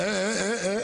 באמת, במשפט אחד.